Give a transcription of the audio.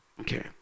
Okay